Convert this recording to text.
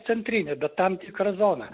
centrinė bet tam tikra zona